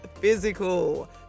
physical